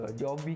job